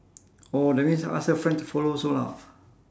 oh that means ask her friend to follow also lah